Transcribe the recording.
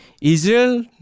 Israel